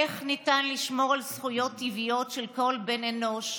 איך ניתן לשמור על זכויות טבעיות של כל בן אנוש?